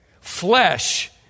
Flesh